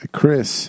Chris